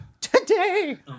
today